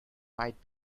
might